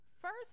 First